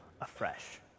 afresh